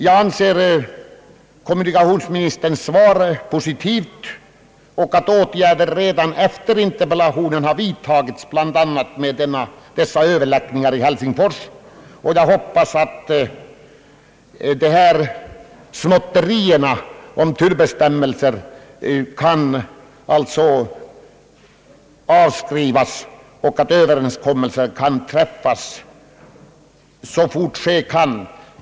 Jag anser kommunikationsministerns svar vara positivt, och jag noterar att åtgärder redan har vidtagits, vilka bl.a. lett till överläggningar i Helsingfors, och jag hoppas att de småtterier som har med tullbestämmelserna att göra skall avskrivas så att en ny Ööverenskommelse kan träffas med det snaraste.